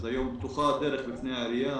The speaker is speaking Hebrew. היום פתוחה הדרך בפי העירייה